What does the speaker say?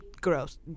gross